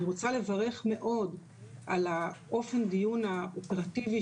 אני רוצה לברך מאוד על האופן הדיון האופרטיבי